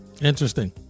Interesting